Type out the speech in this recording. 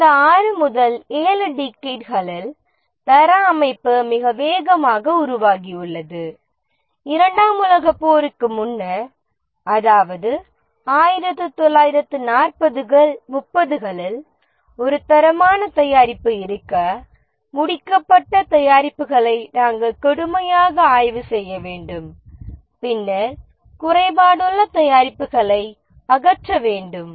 கடந்த 6 முதல் 7 டிகேட்களில் தர அமைப்பு மிக வேகமாக உருவாகியுள்ளது இரண்டாம் உலகப் போருக்கு முன்னர் அதாவது 1940 கள் 30 கள் ஒரு தரமான தயாரிப்பு இருக்க முடிக்கப்பட்ட தயாரிப்புகளை நாம் கடுமையாக ஆய்வு செய்ய வேண்டும் பின்னர் குறைபாடுள்ள தயாரிப்புகளை அகற்ற வேண்டும்